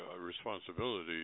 responsibility